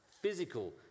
physical